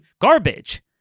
garbage